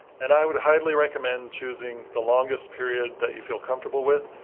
and i would highly recommend choosing the longest period that you feel comfortable with,